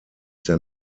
der